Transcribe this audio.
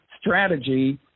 strategy